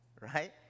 right